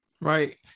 right